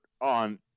on